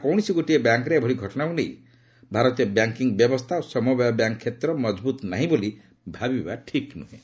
କୌଣସି ଗୋଟିଏ ବ୍ୟାଙ୍କ୍ରେ ଏଭଳି ଘଟଣାକ୍ର ନେଇ ଭାରତୀୟ ବ୍ୟାଙ୍କିଙ୍ଗ୍ ବ୍ୟବସ୍ଥା ଓ ସମବାୟ ବ୍ୟାଙ୍କ୍ କ୍ଷେତ୍ର ମଜଭ୍ରତ ନାହିଁ ବୋଲି ଭାବିବା ଠିକ୍ ନୁହେଁ